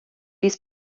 dies